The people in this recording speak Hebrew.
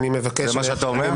זה מה שאתה אומר?